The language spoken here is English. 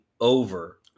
Over